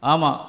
Ama